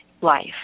life